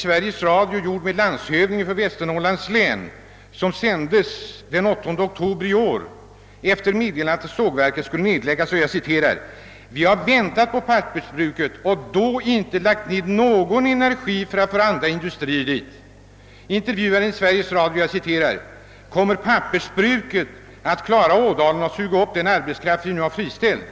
Sveriges Radio gjorde en intervju med landshövdingen i Västernorrlands län, som sändes den 8 oktober i år, efter meddelandet att sågverket skulle läggas ned. Landshövdingen anförde: Vi har väntat på pappersbruket och då inte lagt ned någon energi för att få andra industrier dit. Intervjuaren frågade: Kommer pappersbruket att klara Ådalen och suga upp den arbetskraft vi nu har friställt?